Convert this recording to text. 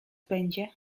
będzie